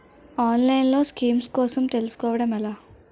ఆన్లైన్లో స్కీమ్స్ కోసం తెలుసుకోవడం ఎలా?